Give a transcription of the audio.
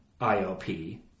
IOP